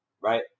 right